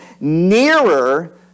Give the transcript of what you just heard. nearer